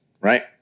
right